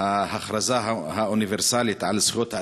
ההכרזה האוניברסלית על זכויות האדם,